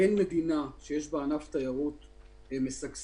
אין מדינה שיש בה ענף תיירות משגשג,